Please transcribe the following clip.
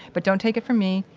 but don't take it from me.